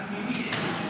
אני שואל: ממי?